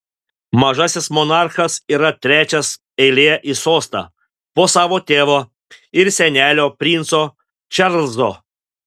mažasis monarchas yra trečias eilėje į sostą po savo tėvo ir senelio princo čarlzo